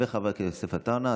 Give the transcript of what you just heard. וחבר הכנסת יוסף עטאונה.